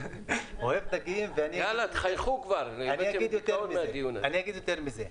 אוהב דגים, ואגיד יותר מזה.